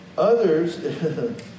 Others